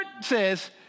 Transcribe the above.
says